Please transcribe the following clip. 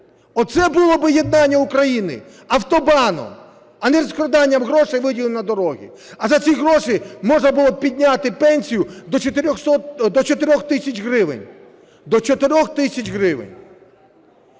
це було би єднання України, - автобаном. А не розкрадання грошей, виділених на дороги. А за ці гроші можна було б підняти пенсію до 4 тисяч гривень.